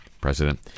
president